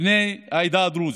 בני העדה הדרוזית,